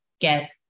get